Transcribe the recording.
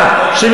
אצלכן.